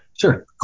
sure